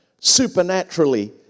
supernaturally